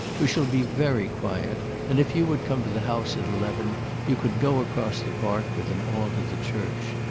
we shall be very quiet and if you would come to the house at eleven you could go across the park with them all to the church.